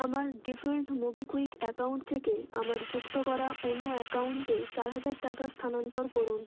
আমার default MobiKwik account থেকে আমার যুক্ত করা অন্য অ্যাকাউন্টে চার হাজার টাকা স্থানান্তর করুন